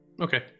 okay